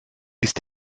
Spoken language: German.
ist